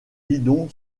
guidon